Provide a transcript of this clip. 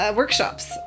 workshops